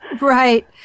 Right